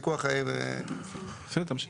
האם צריך להמציא